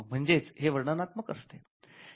म्हणजेच हे वर्णनात्मक असते